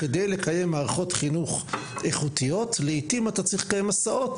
כדי לקיים מערכות חינוך איכותיות לעתים אתה צריך לקיים הסעות